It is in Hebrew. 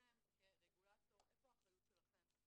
אתם כרגולטור איפה האחריות שלכם.